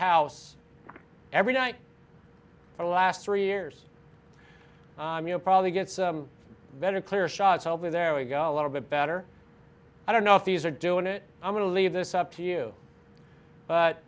house every night for the last three years you probably get some very clear shots over there we go a little bit better i don't know if these are doing it i'm going to leave this up to you but